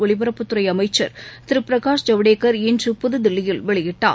ஒலிபரப்புத்துறை அமைச்சர் திரு பிரகாஷ் ஜவடேகர் இன்று புதுதில்லியில் வெளியிட்டார்